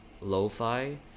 Lo-Fi